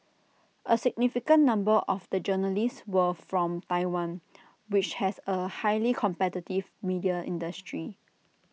A significant number of the journalists were from Taiwan which has A highly competitive media industry